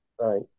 Right